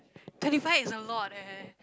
twenty five is a lot eh